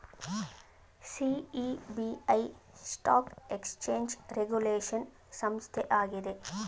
SEBI stock exchange regulation ಸಂಸ್ಥೆ ಆಗಿದೆ